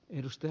sopii